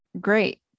great